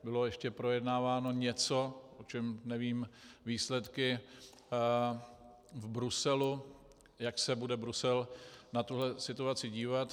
Bylo ještě projednáváno něco, o čem nevím, výsledky v Bruselu, jak se bude Brusel na tuhle situaci dívat.